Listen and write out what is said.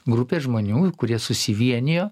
grupė žmonių kurie susivienijo